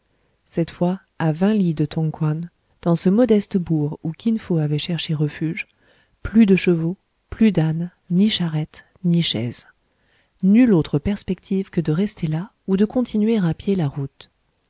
cette fois à vingt lis de tong kouan dans ce modeste bourg où kin fo avait cherché refuge plus de chevaux plus d'ânes ni charrettes ni chaises nulle autre perspective que de rester là ou de continuer à pied la route